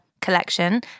collection